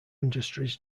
industries